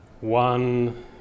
one